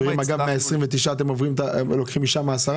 מה-29 אתם לוקחים 10?